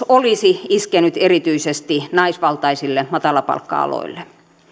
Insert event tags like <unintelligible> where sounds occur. <unintelligible> olisi iskenyt erityisesti naisvaltaisille matalapalkka aloille